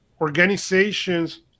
organizations